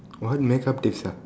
what makeup tips ah